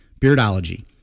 Beardology